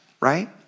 right